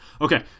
Okay